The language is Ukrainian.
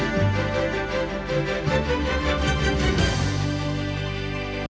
Дякую.